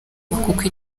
kuko